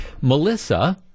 Melissa